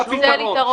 זה הפתרון.